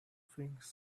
things